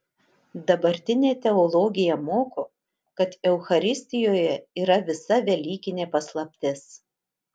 dabartinė teologija moko kad eucharistijoje yra visa velykinė paslaptis